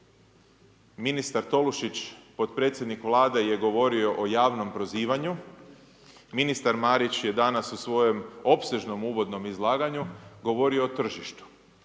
Ministar Tolušić, potpredsjednik Vlade je govorio o javnom prozivanju, ministar Marić je danas u svojem opsežnom uvodnom izlaganju govorio o tržištu.